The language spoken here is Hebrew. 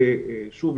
שוב,